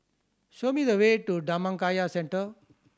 show me the way to Dhammakaya Centre